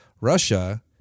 Russia